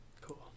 Cool